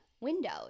windows